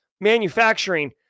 manufacturing